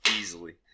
easily